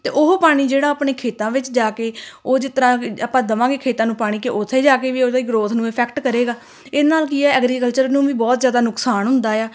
ਅਤੇ ਉਹ ਪਾਣੀ ਜਿਹੜਾ ਆਪਣੇ ਖੇਤਾਂ ਵਿੱਚ ਜਾ ਕੇ ਉਹ ਜਿਸ ਤਰ੍ਹਾਂ ਆਪਾਂ ਦੇਵਾਂਗੇ ਖੇਤਾਂ ਨੂੰ ਪਾਣੀ ਕਿ ਉੱਥੇ ਜਾ ਕੇ ਵੀ ਉਹਦਾ ਗਰੋਥ ਨੂੰ ਇਫੈਕਟ ਕਰੇਗਾ ਇਹਦੇ ਨਾਲ ਕੀ ਹੈ ਐਗਰੀਕਲਚਰ ਨੂੰ ਵੀ ਬਹੁਤ ਜ਼ਿਆਦਾ ਨੁਕਸਾਨ ਹੁੰਦਾ ਆ